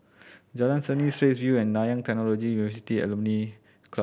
Jalan Seni Straits View and Nanyang University Alumni Club